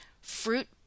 fruit